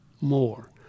more